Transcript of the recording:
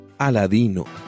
Aladino